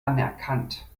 anerkannt